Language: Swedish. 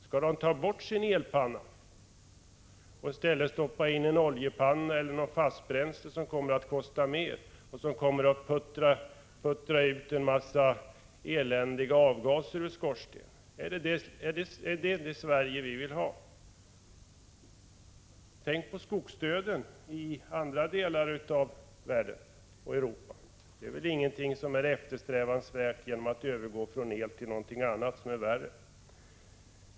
Skall de ta bort sin elpanna och i stället stoppa in en oljepanna eller fastbränslepanna, som kommer att kosta mer och som kommer att puttra ut en massa eländiga avgaser ur skorstenen — är det detta Sverige vi vill ha? Tänk på skogsdöden i andra delar av Europa — det är väl ingenting eftersträvansvärt att övergå från el till någonting annat som är värre.